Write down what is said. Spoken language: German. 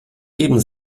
geben